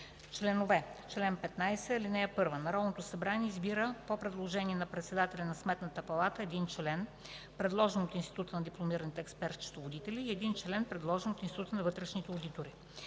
„Членове Чл. 15. (1) Народното събрание избира по предложение на председателя на Сметната палата един член, предложен от Института на дипломираните експерт-счетоводители, и един член, предложен от Института на вътрешните одитори.